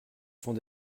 sont